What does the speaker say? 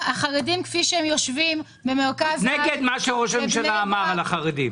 החרדים יושבים --- את נגד מה שראש הממשלה אמר על החרדים?